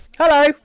hello